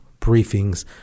briefings